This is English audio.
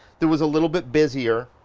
there was a little bit busier,